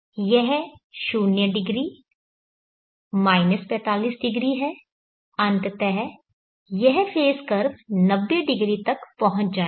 तो यह 0° 45° है अंततः यह फेज़ कर्व 90° तक पहुंच जाएगा